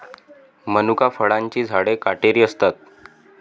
मनुका फळांची झाडे काटेरी असतात